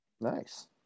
nice